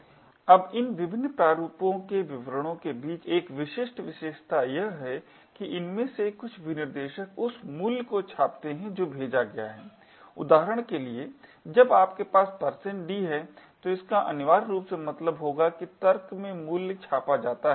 अब इन विभिन्न प्रारूपों के विवरणों के बीच एक विशिष्ट विशेषता यह है कि इनमें से कुछ विनिर्देशक उस मूल्य को छापते हैं जो भेजा गया है उदाहरण के लिए जब आपके पास d है तो इसका अनिवार्य रूप से मतलब होगा कि तर्क में मूल्य छापा जाता है